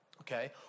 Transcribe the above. okay